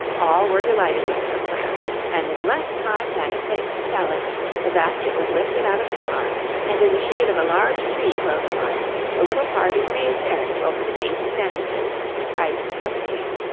all were delighted with her plan and in less time than it takes to tell it the basket was lifted out of the car and in the shade of a large tree close by the little party made merry over the dainty sandwiches and iced lemonade.